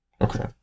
Okay